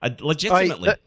Legitimately